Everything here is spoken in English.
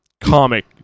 comic